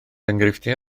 enghreifftiau